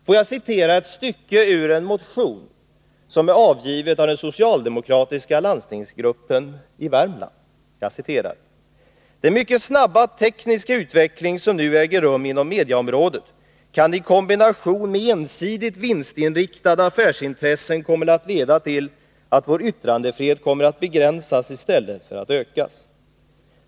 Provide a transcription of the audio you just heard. Låt mig citera ett stycke ur en motion som är avgiven av den socialdemokratiska landstingsgruppen i Värmland: ”Den mycket snabba tekniska utveckling som nu äger rum inom mediaområdet kan i kombination med ensidigt vinstinriktade affärsintressen komma att leda till att vår yttrandefrihet kommer att begränsas i stället för att ökas.